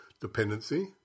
dependency